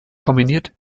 kombiniert